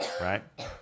right